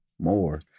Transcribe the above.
more